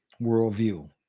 worldview